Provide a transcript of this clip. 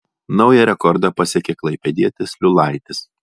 naują rekordą pasiekė klaipėdietis liulaitis